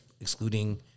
excluding